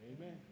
Amen